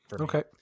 Okay